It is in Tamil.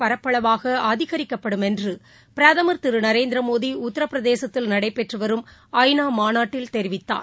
பரப்பளவாக அதிகரிக்கப்படும் என்று பிரதமர் திரு நரேந்திரமோடி உத்திரபிரதேசத்தில் நடைபெற்று வரும் ஐ நா மாநாட்டில் தெரிவித்தார்